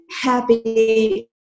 happy